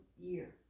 year